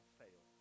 fail